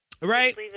Right